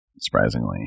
Surprisingly